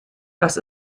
dass